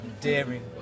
daring